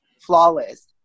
Flawless